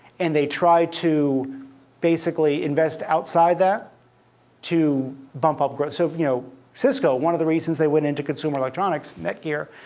and they try to basically invest outside that to bump up growth. so you know cisco, one of the reasons they went into consumer electronics, netgear,